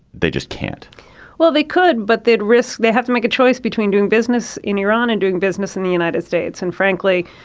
they just can't well, they could. but they'd risk. they have to make a choice between doing business in iran and doing business in the united states. and frankly,